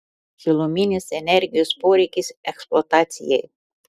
šiluminės energijos poreikis eksploatacijai